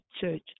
church